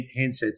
handsets